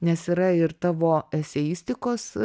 nes yra ir tavo eseistikos